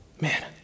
Man